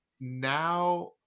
now